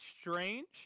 strange